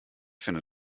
finde